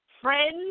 friends